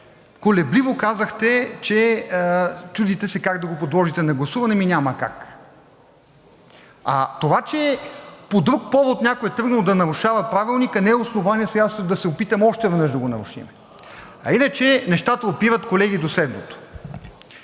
колебливо казахте, че се чудите как да го подложите на гласуване. Ами, няма как! А това, че по друг повод някой е тръгнал да нарушава Правилника, не е основание сега да се опитваме още един път да го нарушим. А иначе нещата, колеги, опират до следното.